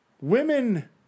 women